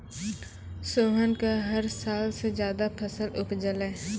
सोहन कॅ हर साल स ज्यादा फसल उपजलै